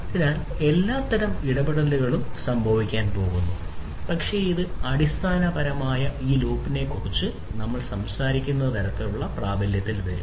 അതിനാൽ എല്ലാത്തരം ഇടപെടലുകളും സംഭവിക്കാൻ പോകുന്നു പക്ഷേ ഇത് അടിസ്ഥാനപരമായി ഈ ലൂപ്പിനെക്കുറിച്ച് നമ്മൾ സംസാരിക്കുന്ന തരത്തിലുള്ള പ്രാബല്യത്തിൽ വരും